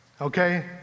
okay